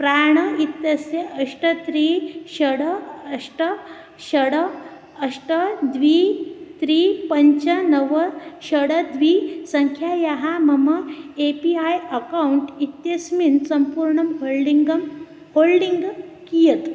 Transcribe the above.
प्राण इत्यस्य अष्ट त्रि षड् अष्ट षड् अष्ट द्वि त्रि पञ्च नव षड् द्वि सङ्ख्यायाः मम ए पी ऐ अकौण्ट् इत्यस्मिन् सम्पूर्णं होल्डिङ्गं होल्डिङ्ग् कियत्